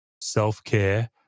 self-care